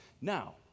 Now